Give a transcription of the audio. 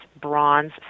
bronze